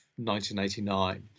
1989